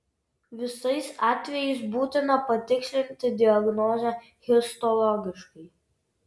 visais atvejais būtina patikslinti diagnozę histologiškai